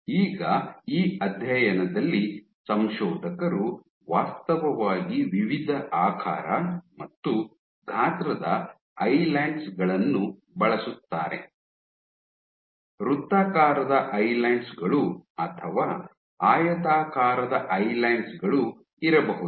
ಈಗ ಈ ಅಧ್ಯಯನದಲ್ಲಿ ಸಂಶೋಧಕರು ವಾಸ್ತವವಾಗಿ ವಿವಿಧ ಆಕಾರ ಮತ್ತು ಗಾತ್ರದ ಐಲ್ಯಾಂಡ್ ಗಳನ್ನು ಬಳಸುತ್ತಾರೆ ವೃತ್ತಾಕಾರದ ಐಲ್ಯಾಂಡ್ ಗಳು ಅಥವಾ ಆಯತಾಕಾರದ ಐಲ್ಯಾಂಡ್ ಗಳು ಇರಬಹುದು